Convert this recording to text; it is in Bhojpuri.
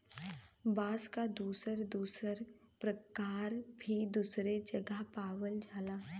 बांस क दुसर दुसर परकार भी दुसरे जगह पावल जाला